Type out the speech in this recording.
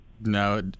No